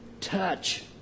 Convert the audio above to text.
touch